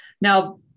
Now